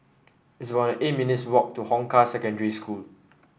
it's about eight minutes' walk to Hong Kah Secondary School